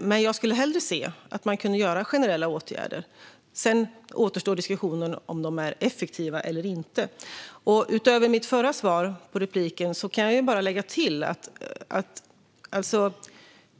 Jag skulle dock hellre se att man kunde vidta generella åtgärder. Sedan återstår diskussionen huruvida de är effektiva eller inte. Utöver mitt förra svar på repliken kan jag bara lägga till